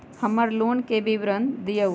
हमर लोन के विवरण दिउ